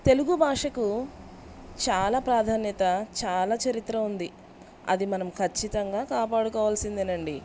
తెలుగు భాషకు చాలా ప్రాధాన్యత చాలా చరిత్ర ఉంది అది మనం ఖచ్చితంగా కాపాడుకోవాల్సిందేనండి